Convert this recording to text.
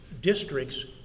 districts